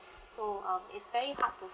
so um it's very hard to